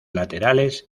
laterales